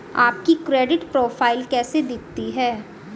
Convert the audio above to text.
आपकी credit profile कैसी दिखती है?